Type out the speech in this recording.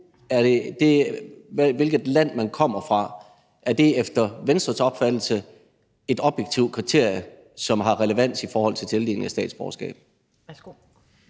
hvilket land man kommer fra efter Venstres opfattelse et objektivt kriterie, som har relevans for tildelingen af statsborgerskab?